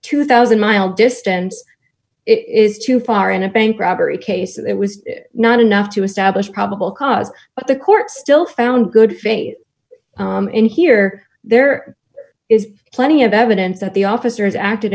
two thousand mile distance is too far in a bank robbery case it was not enough to establish probable cause but the court still found good faith in here there is plenty of evidence that the officers acted